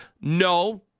No